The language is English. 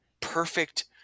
perfect